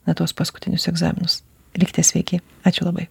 na tuos paskutinius egzaminus likite sveiki ačiū labai